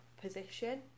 position